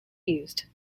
used